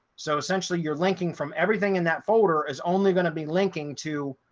so essentially, you're linking from everything in that folder is only going to be linking to